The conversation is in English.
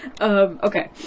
okay